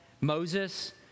Moses